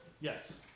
Yes